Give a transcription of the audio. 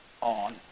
on